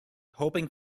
hoping